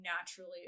naturally